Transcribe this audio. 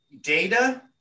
data